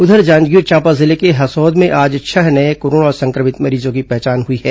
उधर जांजगीर चांपा जिले के हसौद में आज छह नये कोरोना संक्रमित मरीजों की पहचान हुई है